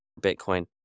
Bitcoin